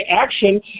action